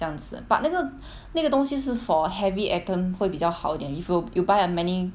这样子 but 那个那个东西是 for heavy item 会比较好一点 if you you buy a many